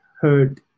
heard